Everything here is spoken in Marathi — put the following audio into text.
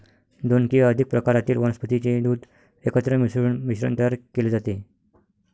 दोन किंवा अधिक प्रकारातील वनस्पतीचे दूध एकत्र मिसळून मिश्रण तयार केले जाते